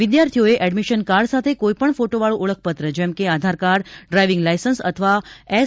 વિદ્યાર્થીઓએ admission card સાથે કોઇપણ ફોટાવાળું ઓળખપત્ર જેમ કે આધારકાર્ડ ડ્રાયવીંગ લાયસન્સ અથવા એસ